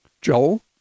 Joel